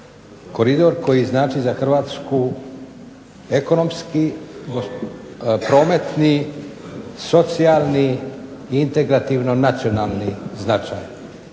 koridor koji znači za Hrvatsku ekonomski, prometni, socijalni, integrativno nacionalni značaj.